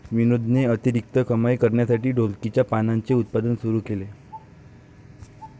विनोदने अतिरिक्त कमाई करण्यासाठी ढोलकीच्या पानांचे उत्पादन सुरू केले